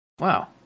Wow